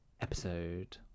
episode